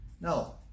now